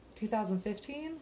2015